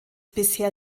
bisher